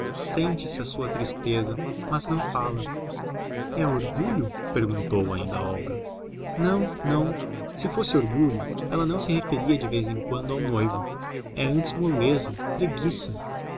sente-se a sua tristeza mas não fala é orgulho perguntou ainda olga não não se fosse orgulho ela não se referia de vez em quando ao noivo é antes moleza preguiça